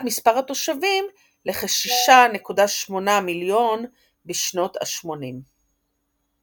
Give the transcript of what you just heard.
מספר התושבים לכ־6.8 מיליון בשנות השמונים.